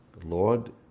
Lord